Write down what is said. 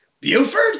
Buford